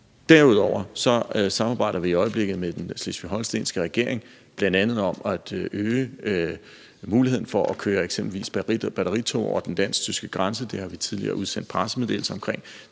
vi i øjeblikket med den slesvig-holstenske regering, bl.a. om at øge muligheden for at køre eksempelvis batteritog over den dansk-tyske grænse – det har vi tidligere udsendt pressemeddelelse om, og